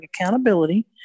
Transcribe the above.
accountability